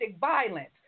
violence